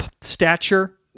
stature